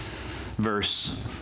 verse